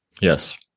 Yes